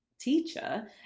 teacher